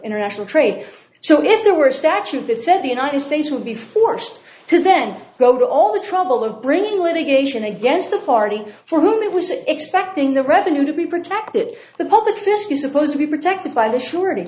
international trade so if there were a statute that said the united states would be forced to then go to all the trouble of bringing litigation against the party for whom it was expecting the revenue to be protected the public fisc you supposed to be protected by the s